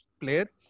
player